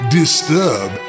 disturb